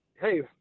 hey